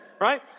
right